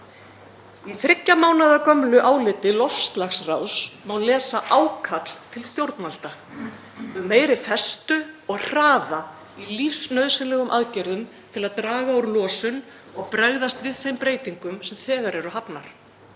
Í þriggja mánaða gömlu áliti loftslagsráðs má lesa ákall til stjórnvalda um meiri festu og hraða í lífsnauðsynlegum aðgerðum til að draga úr losun og bregðast við þeim breytingum sem þegar eru hafnar.